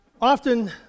Often